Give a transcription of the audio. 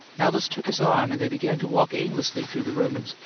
alice took his arm, and they began to walk aimlessly through the rooms,